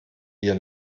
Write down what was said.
wir